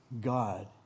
God